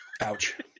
Ouch